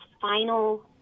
final